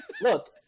look